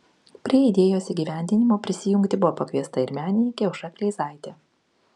prie idėjos įgyvendinimo prisijungti buvo pakviesta ir menininkė aušra kleizaitė